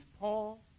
Paul